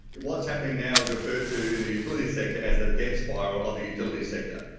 what's happening now is referred to in the utilities sector as the death spiral of the utilities sector.